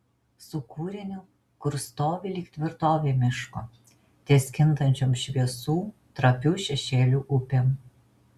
su kūriniu kurs stovi lyg tvirtovė miško ties kintančiom šviesų trapių šešėlių upėm